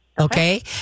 Okay